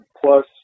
plus